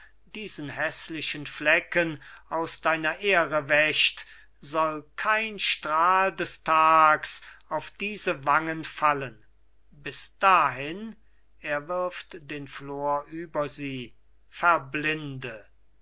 diesen häßlichen flecken aus deiner ehre wäscht soll kein strahl des tags auf diese wangen fallen bis dahin er wirft den flor über sie verblinde